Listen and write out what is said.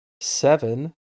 seven